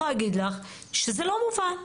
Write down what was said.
אני יכול להגיד שזה עשרות מיליוני שקלים.